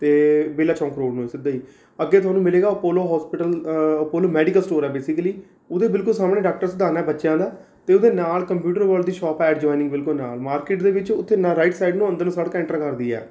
ਅਤੇ ਬੇਲਾ ਚੌਂਕ ਰੋਡ ਨੂੰ ਹੀ ਸਿੱਧਾ ਹੀ ਅੱਗੇ ਤੁਹਾਨੂੰ ਮਿਲੇਗਾ Apollo hospital Apollo medical store ਹੈ ਬੇਸਿਕੀਲੀ ਉਹਦੇ ਬਿਲਕੁਲ ਸਾਹਮਣੇ ਡਾਕਟਰ ਸਿਧਾਨਾ ਬੱਚਿਆਂ ਦਾ ਅਤੇ ਉਹਦੇ ਨਾਲ ਕੰਪਿਊਟਰ ਵਰਲਡ ਦੀ ਸ਼ੋਪ ਐਡ ਜੁਆਇੰਨ ਬਿਲਕੁਲ ਨਾਲ ਮਾਰਕਿੰਟ ਦੇ ਵਿੱਚ ਉੱਥੇ ਰਾਈਟ ਨਾ ਸਾਇਡ ਨੂੰ ਅੰਦਰ ਨੂੰ ਸੜ੍ਹਕ ਐਂਟਰ ਕਰਦੀ ਹੈ